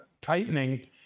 tightening